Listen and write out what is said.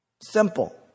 Simple